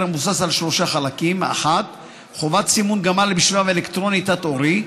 המבוסס על שלושה חלקים: 1. חובת סימון גמל בשבב אלקטרוני תת-עורי,